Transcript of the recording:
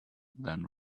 than